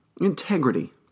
Integrity